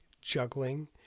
juggling